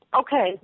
Okay